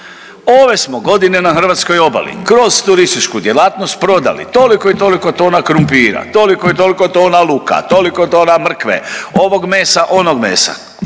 ove smo godine na hrvatskoj obali kroz turističku djelatnost prodali toliko i toliko tona krumpira, toliko i toliko tona luka, toliko tona mrkve, ovog mesa, onog mesa